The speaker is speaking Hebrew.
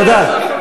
תודה.